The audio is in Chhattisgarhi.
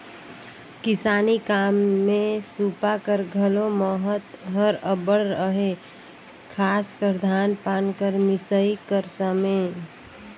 किसानी काम मे सूपा कर घलो महत हर अब्बड़ अहे, खासकर धान पान कर मिसई कर समे